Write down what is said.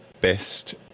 best